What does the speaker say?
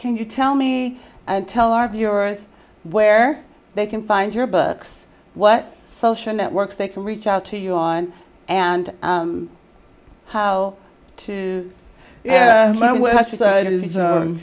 can you tell me and tell our viewers where they can find your books what social networks they can reach out to you on and how to use my